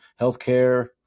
healthcare